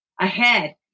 ahead